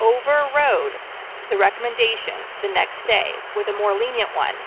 overrode the recommendation the next day with a more lenient one.